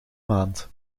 maand